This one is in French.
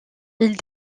ils